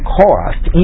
cost